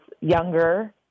younger